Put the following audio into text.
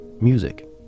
music